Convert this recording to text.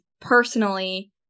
personally